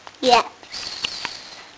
Yes